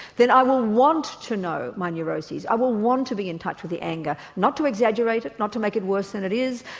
then i will want to know my neuroses, i will want to be in touch with the anger, not to exaggerate it, not to make it worse than it is,